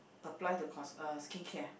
apply to cos~ uh skincare